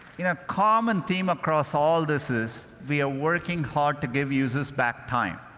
you know common theme across all this is we are working hard to give users back time.